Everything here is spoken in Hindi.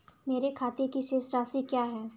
मेरे खाते की शेष राशि क्या है?